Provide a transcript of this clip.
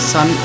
Sun